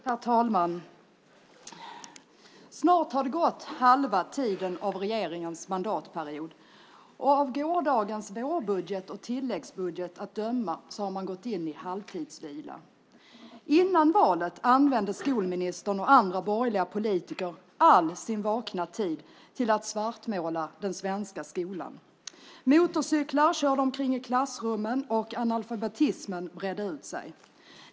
Herr talman! Snart har det gått halva tiden av regeringens mandatperiod. Av gårdagens vårbudget och tilläggsbudget att döma har man gått in i halvtidsvila. Före valet använde skolministern och andra borgerliga politiker all sin vakna tid till att svartmåla den svenska skolan. Motorcyklar körde omkring i klassrummen, och analfabetismen bredde ut sig.